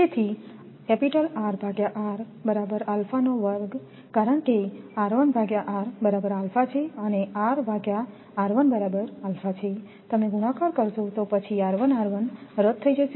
તેથી કારણ કે છે અને છે તમે ગુણાકાર કરશો તો પછી રદ થઈ જશે